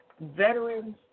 veterans